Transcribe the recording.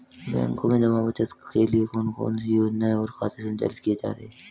बैंकों में जमा बचत के लिए कौन कौन सी योजनाएं और खाते संचालित किए जा रहे हैं?